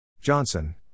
Johnson